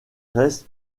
reste